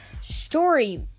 story